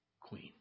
queen